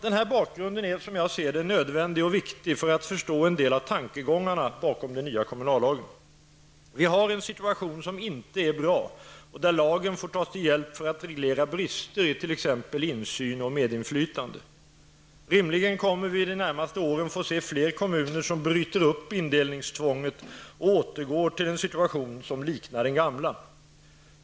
Den här bakgrunden är nödvändig och viktig för att förstå en del av tankegångarna bakom den nya kommunallagen. Vi har en situation som inte är bra och där lagen får tas till hjälp för att reglera brister i t.ex. insyn och medinflytande. Rimligen kommer vi de närmaste åren få se fler kommuner som bryter upp indelningstvånget och återgår till en situation som liknar den gamla.